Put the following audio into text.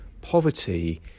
poverty